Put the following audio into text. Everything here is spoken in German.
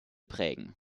prägen